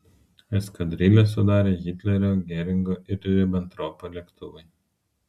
eskadrilę sudarė hitlerio geringo ir ribentropo lėktuvai